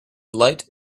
light